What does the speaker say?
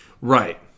Right